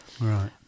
right